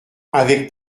avec